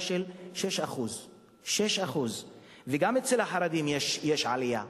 של 6% 6% וגם אצל החרדים יש עלייה.